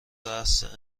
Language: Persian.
راس